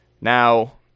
Now